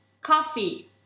coffee